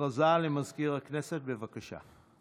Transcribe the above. הודעה למזכיר הכנסת, בבקשה.